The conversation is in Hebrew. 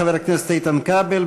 חבר הכנסת איתן כבל,